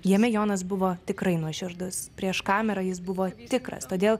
jame jonas buvo tikrai nuoširdus prieš kamerą jis buvo tikras todėl